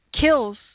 kills